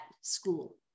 school